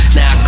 Now